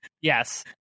Yes